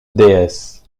déesse